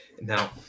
now